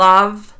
Love